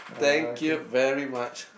thank you very much